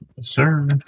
sir